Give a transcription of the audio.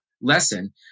lesson